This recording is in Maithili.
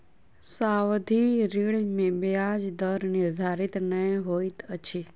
सावधि ऋण में ब्याज दर निर्धारित नै होइत अछि